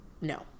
No